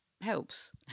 helps